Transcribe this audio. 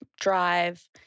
drive